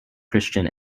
christian